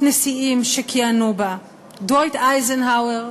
נשיאים שכיהנו בה: דווייט אייזנהאואר,